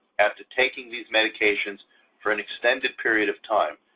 after taking these medications for an extended period of time,